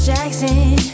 Jackson